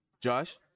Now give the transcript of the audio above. josh